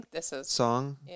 song